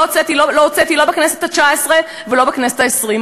לא הוצאתי לא בכנסת התשע-עשרה ולא בכנסת העשרים.